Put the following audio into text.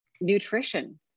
nutrition